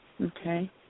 Okay